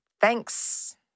Thanks